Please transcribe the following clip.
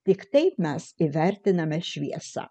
tik taip mes įvertiname šviesą